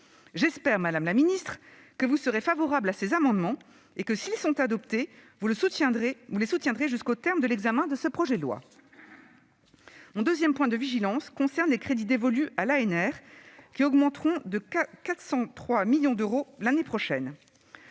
J'espère, madame la ministre, que vous serez favorable à ses amendements et que, s'ils sont adoptés, vous les soutiendrez jusqu'au terme de l'examen de ce PLF. Mon deuxième point de vigilance concerne les crédits dévolus à l'ANR, qui augmenteront de 403 millions d'euros l'année prochaine.